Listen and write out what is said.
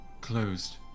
closed